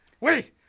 Wait